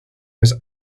was